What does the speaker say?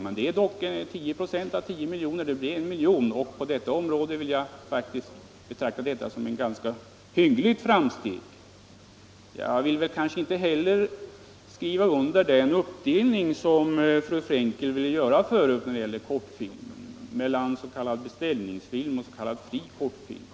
Men 10 96 av 10 milj.kr. blir dock 1 milj.kr. På detta område vill jag faktiskt betrakta detta som ett ganska hyggligt framsteg. Jag vill inte heller skriva under den uppdelning som fru Frenkel vill göra när det gäller kortfilmerna mellan s.k. beställningsfilm och s.k. fri kortfilm.